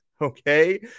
okay